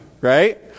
right